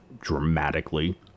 dramatically